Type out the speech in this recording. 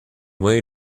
way